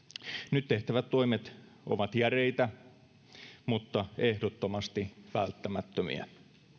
nyt tehtävät toimet ovat järeitä mutta ehdottomasti välttämättömiä